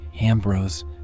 Ambrose